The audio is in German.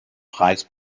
preis